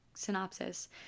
Synopsis